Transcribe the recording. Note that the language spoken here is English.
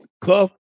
Cuff